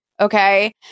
okay